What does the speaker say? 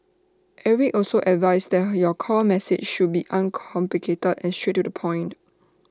Eric also advised that your core message should be uncomplicated and straight to the point